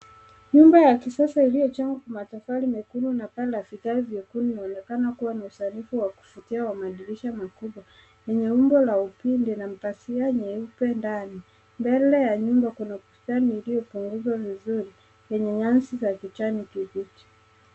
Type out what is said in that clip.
Nyumba ya kisasa iliyojaa matofali mekundu na paa la vigae vyekundu inaonekana kuwa ni usanifu wa kuvutia wa madirisha makubwa lenye umbo la upinde na pazia la nyeupe ndani. Mbele ya nyumba kuna bustani iliyopunguzwa vizuri lenye nyasi ya kijani kibichi.